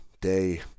day